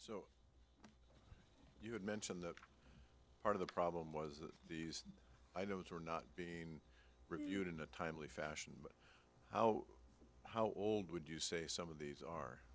so you had mentioned that part of the problem was that these items were not being reviewed in a timely fashion how how old would you say some of these are